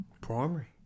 primary